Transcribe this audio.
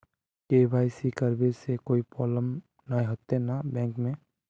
KYC करबे से कोई प्रॉब्लम नय होते न बैंक में?